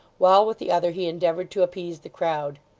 while with the other he endeavoured to appease the crowd.